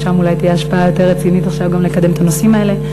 אבל שם אולי תהיה השפעה יותר רצינית ויהיה אפשר לקדם את הנושאים האלה.